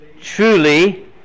Truly